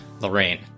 Lorraine